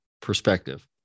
perspective